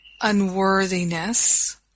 unworthiness